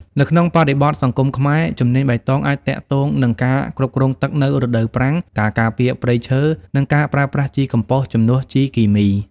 នៅក្នុងបរិបទសង្គមខ្មែរ ជំនាញបៃតងអាចទាក់ទងនឹងការគ្រប់គ្រងទឹកនៅរដូវប្រាំង ការការពារព្រៃឈើ និងការប្រើប្រាស់ជីកំប៉ុស្តជំនួសជីគីមី។